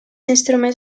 instruments